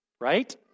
right